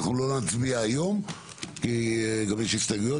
אנחנו לא נצביע היום כי גם יש הסתייגויות